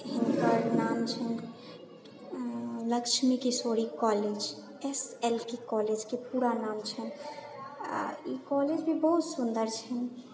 हिनकर नाम छियनि Lakshmi Kishori college S L K कॉलेजके पूरा नाम छै आ ई कॉलेज भी बहुत सुन्दर छै